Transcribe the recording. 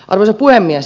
arvoisa puhemies